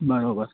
બરાબર